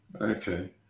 Okay